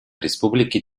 республики